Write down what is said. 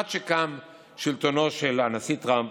עד שקם שלטונו של הנשיא טראמפ